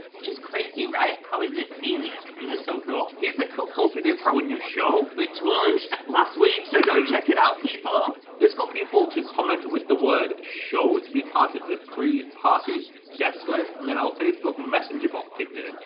which is crazy, right, how is this easier? this is so cool. here's a cool post we did for our new show. which launched last week, so go check it out people! this got people to comment with the word show to be part of the pre-party guest list, and then our facebook messenger bot kicked in,